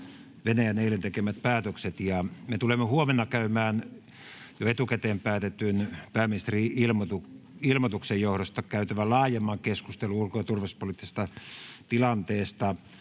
Venäjän eilen tekemät päätökset. Me tulemme huomenna käymään jo etukäteen päätetyn pääministerin ilmoituksen johdosta käytävän laajemman keskustelun ulko- ja turvallisuuspoliittisesta tilanteesta,